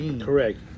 Correct